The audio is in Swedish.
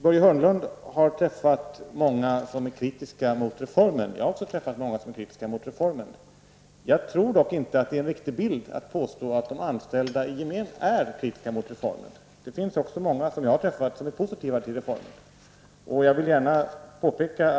Börje Hörnlund har träffat många som är kritiska mot reformen. Jag har också träffat många som är kritiska mot reformen. Jag tror dock inte att det är en riktig bild att de anställda i gemen är kritiska mot reformen. Det finns också många -- som jag har träffat -- som är positiva till reformen.